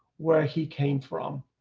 where he came from.